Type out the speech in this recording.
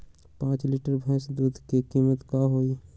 पाँच लीटर भेस दूध के कीमत का होई?